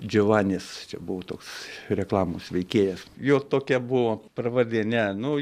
džiovanis čia buvo toks reklamos veikėjas jo tokia buvo pravardė ne nu